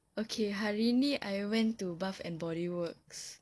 okay hari ini I went to bath and body works